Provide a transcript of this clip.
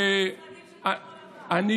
הוא התכוון למשרדים של כחול לבן.